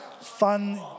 fun